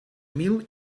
mil